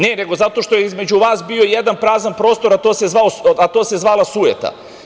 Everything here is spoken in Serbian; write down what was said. Ne, nego zato što je između vas bio jedan prazan prostor, a to se zvala sujeta.